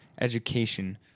education